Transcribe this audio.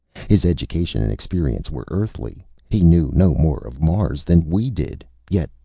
his education and experience were earthly. he knew no more of mars than we did. yet,